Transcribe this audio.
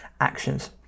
actions